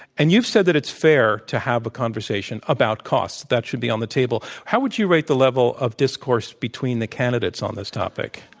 and you've said that it's fair to have a conversation about costs. that should be on the table. how would you rate the level of discourse between the candidates on this topic?